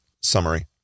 Summary